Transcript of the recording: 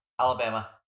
Alabama